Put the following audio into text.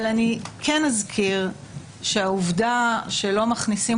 אבל אני כן אזכיר שהעובדה שלא מכניסים